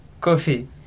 coffee